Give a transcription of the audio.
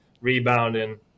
rebounding